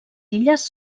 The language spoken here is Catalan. illes